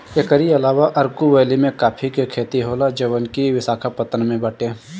एकरी अलावा अरकू वैली में काफी के खेती होला जवन की विशाखापट्टनम में बाटे